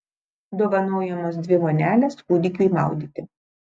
dovanojamos dvi vonelės kūdikiui maudyti